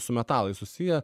su metalais susiję